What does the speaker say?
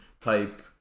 type